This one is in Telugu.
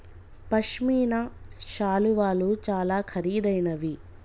పశ్మిన శాలువాలు చాలా ఖరీదైనవి